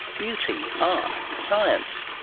beauty, art, science?